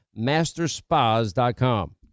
masterspas.com